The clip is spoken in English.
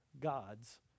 God's